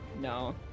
No